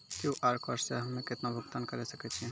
QR code से हम्मय केतना भुगतान करे सके छियै?